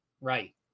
Right